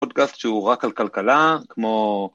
פודקאסט שהוא רק על כלכלה כמו